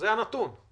זה הנתון.